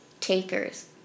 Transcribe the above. takers